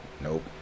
Nope